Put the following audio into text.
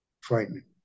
frightening